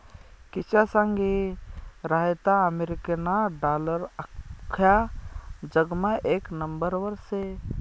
किशा सांगी रहायंता अमेरिकाना डालर आख्खा जगमा येक नंबरवर शे